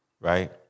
right